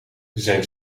zijn